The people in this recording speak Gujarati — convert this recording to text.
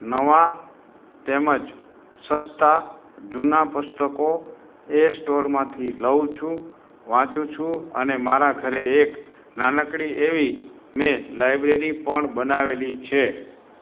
નવાં તેમજ સસ્તાં જૂનાં પુસ્તકો એ સ્ટોરમાંથી લઉં છું વાંચુ છું અને મારાં ઘરે એક નાનકડી એવી મેં લાયબ્રેરી પણ બનાવેલી છે